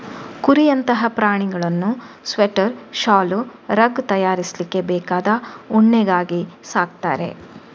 ಕುರಿಯಂತಹ ಪ್ರಾಣಿಗಳನ್ನ ಸ್ವೆಟರ್, ಶಾಲು, ರಗ್ ತಯಾರಿಸ್ಲಿಕ್ಕೆ ಬೇಕಾದ ಉಣ್ಣೆಗಾಗಿ ಸಾಕ್ತಾರೆ